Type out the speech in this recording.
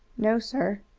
no, sir.